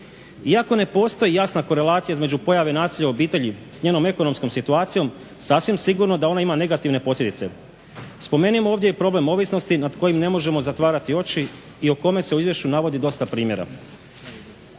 Iako ne postoji jasna korelacija između pojave nasilja u obitelji s njenom ekonomskom situacijom, sasvim sigurno da ona ima negativne posljedice. Spomenimo ovdje i problem ovisnosti nad kojim ne možemo zatvarati oči i o kome se u izvješću navodi dosta primjera.